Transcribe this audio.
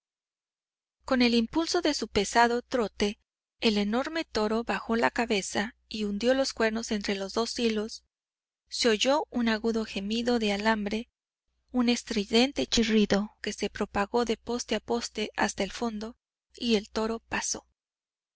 con el impulso de su pesado trote el enorme toro bajó la cabeza y hundió los cuernos entre los dos hilos se oyó un agudo gemido de alambre un estridente chirrido que se propagó de poste a poste hasta el fondo y el toro pasó